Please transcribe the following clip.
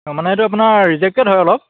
মানে এইটো আপোনাৰ ৰিজেক্টেড হয় অলপ